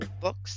books